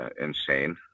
insane